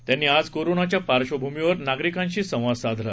त्यांनी आज कोरोनाच्या पार्श्वभूमीवर नागरिकांशी संवाद साधला